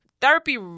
therapy